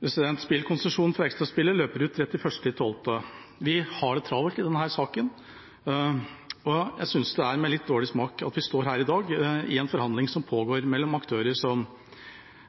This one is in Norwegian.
offentlighetsloven. Spillkonsesjonen for Extra-spillet løper ut 31. desember. Vi har det travelt i denne saken, og jeg synes det er med litt vond smak i munnen jeg står her i dag, i en forhandling som pågår mellom aktører som